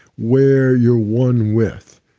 where you're one with,